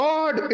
God